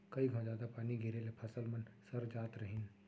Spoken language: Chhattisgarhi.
कई घौं जादा पानी गिरे ले फसल मन सर जात रहिन